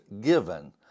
given